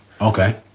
Okay